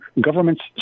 government's